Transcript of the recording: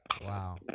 Wow